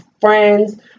friends